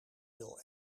wil